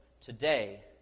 today